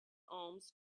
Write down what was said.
alms